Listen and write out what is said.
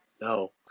No